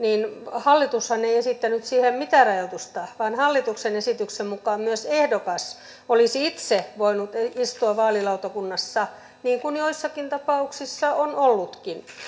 hallitushan ei esittänyt siihen mitään rajoitusta vaan hallituksen esityksen mukaan myös ehdokas olisi itse voinut istua vaalilautakunnassa niin kuin joissakin tapauksissa on ollutkin